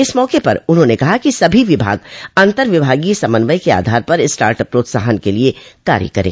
इस मौके पर उन्होंने कहा कि सभी विभाग अन्तर्विभागीय समन्वय के आधार पर स्टार्ट अप प्रोत्साहन के लिए कार्य करें